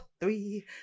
three